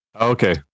Okay